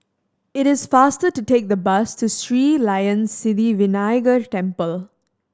it is faster to take the bus to Sri Layan Sithi Vinayagar Temple